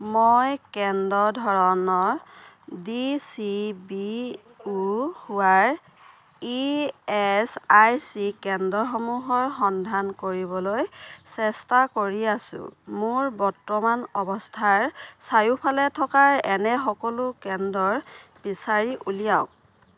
মই কেন্দ্ৰ ধৰণৰ ডি চি বি অ' হোৱাৰ ই এচ আই চি কেন্দ্ৰসমূহৰ সন্ধান কৰিবলৈ চেষ্টা কৰি আছো মোৰ বৰ্তমান অৱস্থাৰ চাৰিওফালে থকা এনে সকলো কেন্দ্ৰই বিচাৰি উলিয়াওক